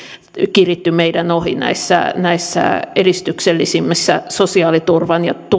kiritty meidän ohi näissä näissä edistyksellisemmissä sosiaaliturvan ja